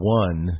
one